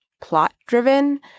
plot-driven